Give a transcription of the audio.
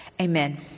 Amen